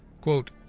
Quote